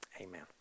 Amen